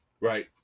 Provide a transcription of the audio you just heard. Right